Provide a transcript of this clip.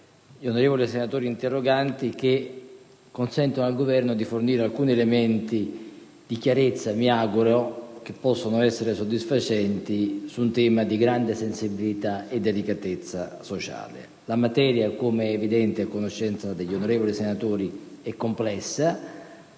gli onorevoli senatori interroganti che consentono al Governo di fornire alcuni elementi di chiarezza - che mi auguro possano essere soddisfacenti - su un tema di grande sensibilità e delicatezza sociale. La materia, come è a conoscenza degli onorevoli senatori, è complessa,